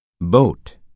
boat